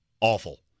awful